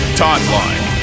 timeline